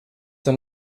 dan